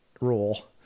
rule